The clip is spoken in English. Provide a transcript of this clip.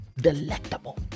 delectable